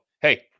hey